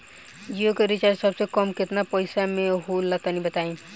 जियो के रिचार्ज सबसे कम केतना पईसा म होला तनि बताई?